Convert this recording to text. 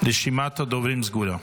רשימת הדוברים סגורה.